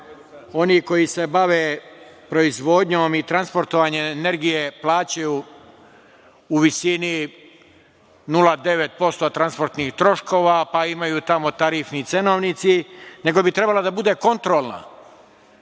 oni koji se bave proizvodnjom i transportovanje energije plaćaju u visini 0,9% transportnih troškova, pa imaju tamo tarifni cenovnici, nego bi trebalo da bude kontrolna.